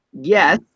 Yes